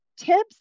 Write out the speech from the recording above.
tips